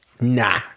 nah